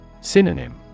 Synonym